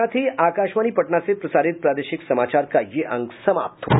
इसके साथ ही आकाशवाणी पटना से प्रसारित प्रादेशिक समाचार का ये अंक समाप्त हुआ